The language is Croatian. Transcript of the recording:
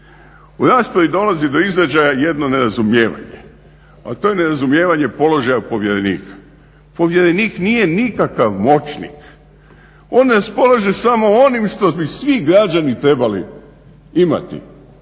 U raspravi dolazi do izražaja jedno nerazumijevanje, a to je nerazumijevanje položaja povjerenika. Povjerenik nije nikakav moćnik, on raspolaže samo onim što bi svi građani trebali imati.